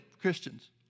Christians